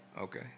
Okay